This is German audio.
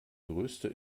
größte